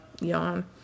Yawn